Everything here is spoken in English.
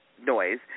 noise